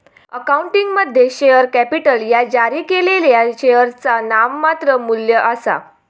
अकाउंटिंगमध्ये, share capital ह्या जारी केलेल्या शेअरचा नाममात्र मू्ल्य आसा